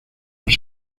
los